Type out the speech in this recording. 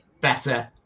better